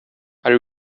are